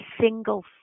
single